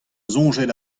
soñjet